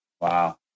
Wow